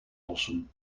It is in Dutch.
lossen